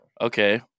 okay